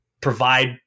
provide